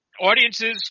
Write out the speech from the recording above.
Audiences